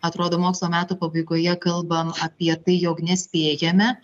atrodo mokslo metų pabaigoje kalbama apie tai jog nespėjame